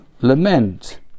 lament